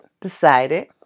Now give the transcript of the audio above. decided